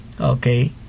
Okay